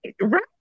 Right